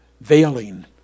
veiling